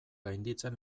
gainditzen